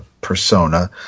persona